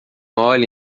olha